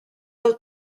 del